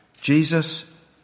jesus